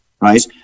right